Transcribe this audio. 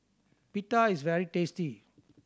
pita is very tasty